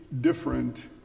different